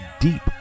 deep